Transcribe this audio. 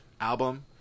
album